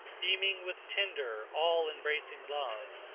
beaming with tender, all-embracing love,